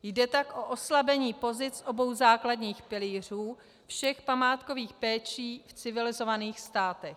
Jde tak o oslabení pozic obou základních pilířů všech památkových péčí v civilizovaných státech.